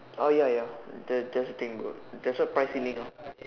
oh ya ya that that's the thing bro that's why price ceiling ah